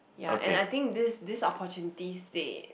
ya and I think this this opportunity they